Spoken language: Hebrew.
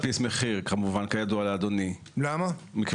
היא יצרן שמייצר עבורה.